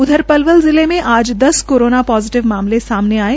उधर पलवल जिले में आज दस कोरोना पोजिटिव मामले सामने आये